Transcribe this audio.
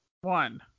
One